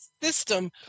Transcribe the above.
system